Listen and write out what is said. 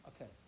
okay